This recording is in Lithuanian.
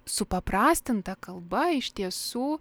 supaprastinta kalba iš tiesų